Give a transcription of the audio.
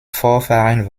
vorfahren